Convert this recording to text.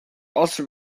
also